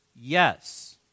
Yes